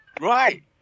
right